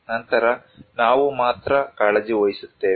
ನಂತರ ನಾವು ಮಾತ್ರ ಕಾಳಜಿ ವಹಿಸುತ್ತೇವೆ